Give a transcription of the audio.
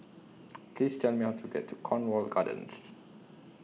Please Tell Me How to get to Cornwall Gardens